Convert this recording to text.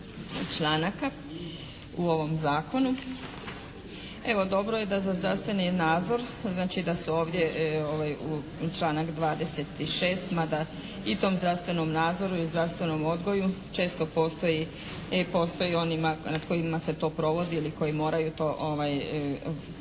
članaka u ovom Zakonu. Evo dobro je da za zdravstveni nadzor, znači da su ovdje članak 26. mada i tom zdravstvenom nadzoru i zdravstvenom odgoju često postoji onima nad kojima se to provodi ili koji moraju to da